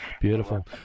beautiful